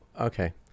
okay